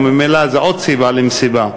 וממילא זו עוד סיבה למסיבה.